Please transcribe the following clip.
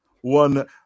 One